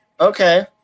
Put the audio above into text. okay